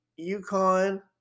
UConn